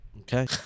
Okay